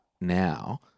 now